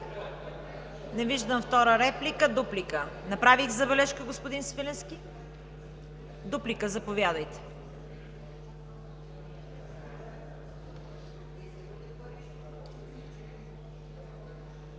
Не виждам втора реплика. Дуплика? Направих забележка, господин Свиленски. Дуплика – заповядайте.